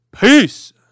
Peace